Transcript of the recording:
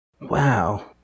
Wow